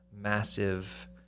massive